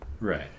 right